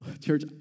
Church